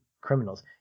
criminals